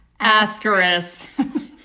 Ascaris